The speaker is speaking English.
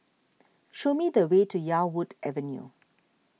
show me the way to Yarwood Avenue